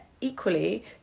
equally